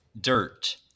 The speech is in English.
Dirt